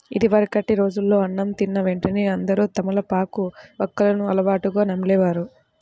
ఇదివరకటి రోజుల్లో అన్నం తిన్న వెంటనే అందరూ తమలపాకు, వక్కలను అలవాటుగా నమిలే వారు